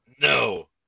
No